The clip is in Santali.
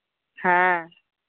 ᱦᱮᱸ